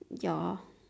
ya